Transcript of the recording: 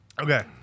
Okay